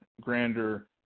grander